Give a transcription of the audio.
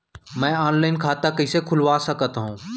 मैं ऑनलाइन खाता कइसे खुलवा सकत हव?